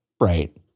right